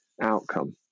outcome